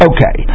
Okay